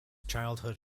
childhood